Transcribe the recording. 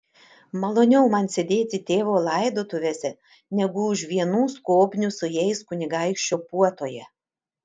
maloniau man sėdėti tėvo laidotuvėse negu už vienų skobnių su jais kunigaikščio puotoje